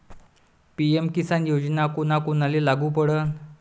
PM Kisan योजना कोना कोनाले लागू पडन?